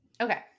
Okay